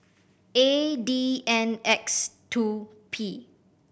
A D N X two P